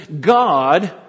God